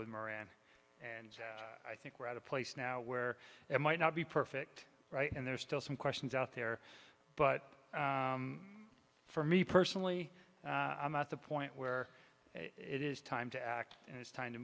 with moran and i think we're at a place now where it might not be perfect right and there are still some questions out there but for me personally i'm at the point where it is time to act and it's time to